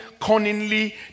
cunningly